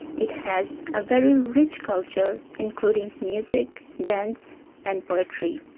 it has a very rich culture, including music, dance and poetry.